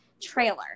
trailer